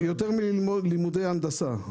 זה יותר מאשר לימודי הנדסה.